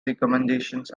recommendations